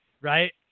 Right